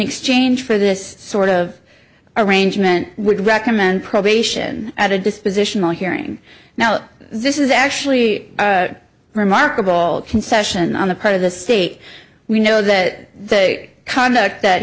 exchange for this sort of arrangement would recommend probation at a dispositional hearing now this is actually a remarkable concession on the part of the state we know that the conduct that